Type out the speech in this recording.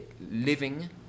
living